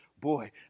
boy